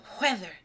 weather